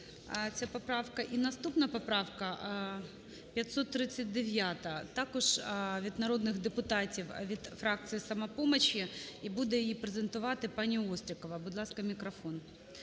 наступна поправка 539 також від народних депутатів від фракції "Самопомочі", і буде її презентувати пані Острікова.